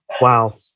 Wow